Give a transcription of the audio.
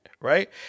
right